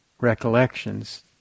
recollections